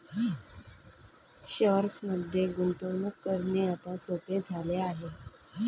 शेअर्समध्ये गुंतवणूक करणे आता सोपे झाले आहे